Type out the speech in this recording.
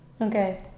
Okay